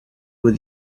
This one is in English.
with